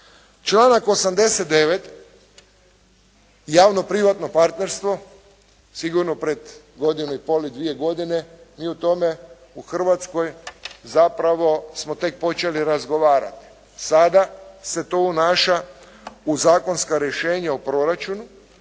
Članak 89. javno privatno partnerstvo sigurno pred godinu i pol i dvije godine mi o tome u Hrvatskoj zapravo smo tek počeli razgovarati. Sada se to unaša u zakonska rješenja u proračunu